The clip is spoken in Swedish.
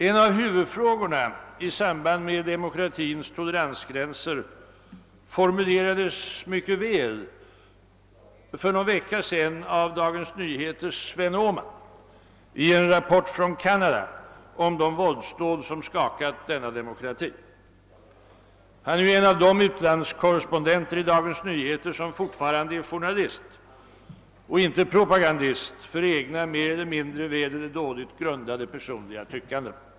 En av huvudfrågorna i samband med demokratins toleransgränser formulerades mycket väl för någon vecka sedan av Dagens Nyheters Sven Åhman i en rapport från Canada om de våldsdåd som skakat denna demokrati. Han är en av de utlandskorrespondenter i Dagens Nyheter som fortfarande är journalister och inte propagandister för egna, mer eller mindre väl eller dåligt grundade personliga tyckanden.